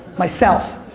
myself.